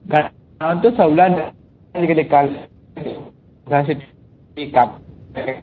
গাঁৱততো চব ল'ৰা